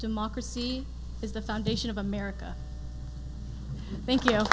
democracy is the foundation of america thank you